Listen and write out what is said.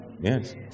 yes